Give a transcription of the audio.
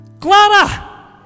Clara